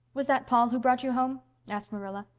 was that paul who brought you home? asked marilla.